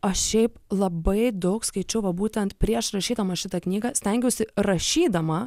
aš šiaip labai daug skaičiau va būtent prieš rašydama šitą knygą stengiausi rašydama